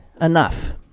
enough